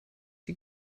sie